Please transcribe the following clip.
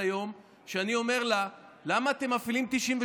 היום כשאני אומר לה: למה אתם מפעילים 98?